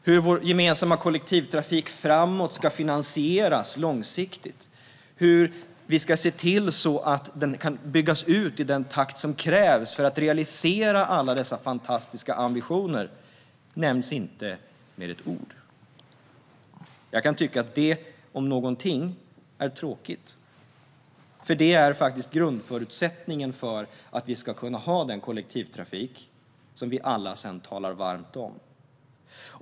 Hur vår gemensamma kollektivtrafik ska finansieras långsiktigt och hur vi ska se till att den kan byggas ut i den takt som krävs för att realisera alla dessa fantastiska ambitioner nämns inte med ett ord. Jag kan tycka att det om något är tråkigt, för det är grundförutsättningen för att vi ska kunna ha den kollektivtrafik som vi alla talar varmt om.